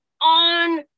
on